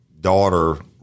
daughter